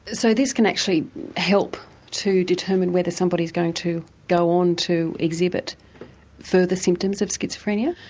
so this can actually help to determine whether somebody is going to go on to exhibit further symptoms of schizophrenia?